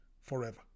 forever